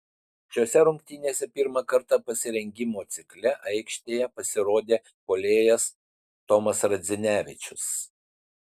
šiose rungtynėse pirmą kartą pasirengimo cikle aikštėje pasirodė puolėjas tomas radzinevičius